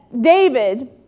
David